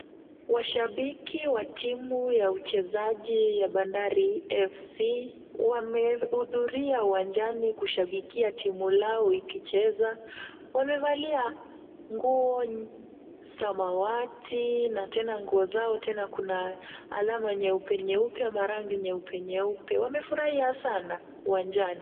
Mashabiki wa timu ya uchezaji ya Bandari FC, wamehudhuria uwanjani kushabikia timu lao ikicheza. Wamevalia nguo samawati na tena nguo zao tena kuna alama nyeupe nyeupe ama rangi yeupe nyeupe. Wamefurahia sana uwanjani.